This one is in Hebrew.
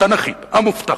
התנ"כית, המובטחת,